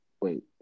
wait